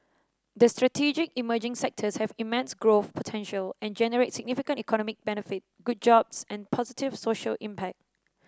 the strategic emerging sectors have immense growth potential and generate significant economic benefit good jobs and positive social impact